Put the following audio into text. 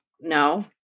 no